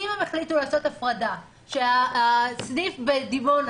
אם הם החליטו לעשות הפרדה שהסניף בדימונה